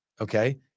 Okay